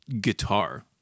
guitar